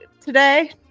today